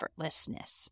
effortlessness